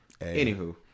Anywho